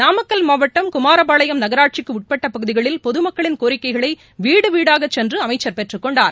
நாமக்கல் மாவட்டம் குமாரபாளையம் நகராட்சிக்கு உட்பட்ட பகுதிகளில் பொதுமக்களின் கோரிக்கைகளை வீடு வீடாகச் சென்று அமைச்சர் பெற்றுக் கொண்டார்